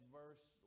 verse